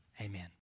Amen